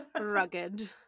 rugged